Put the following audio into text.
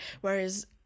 whereas